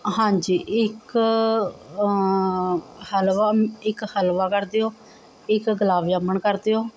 ਹਾਂਜੀ ਇੱਕ ਹਲਵਾ ਇੱਕ ਹਲਵਾ ਕਰ ਦਿਓ ਇੱਕ ਗੁਲਾਬ ਜਾਮਣ ਕਰ ਦਿਓ